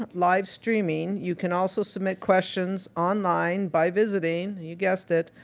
live streaming, you can also submit questions online by visiting, you guessed it,